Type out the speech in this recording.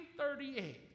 1938